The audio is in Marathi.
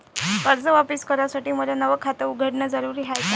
कर्ज वापिस करासाठी मले नव खात उघडन जरुरी हाय का?